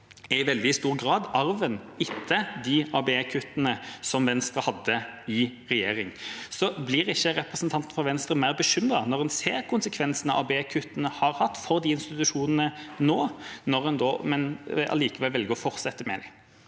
er i veldig stor grad arven etter de ABE-kuttene som Venstre hadde i regjering. Blir ikke representanten for Venstre mer bekymret når han ser konsekvensene ABE-kuttene har hatt for de institusjonene nå, når man da likevel velger å fortsette med dem?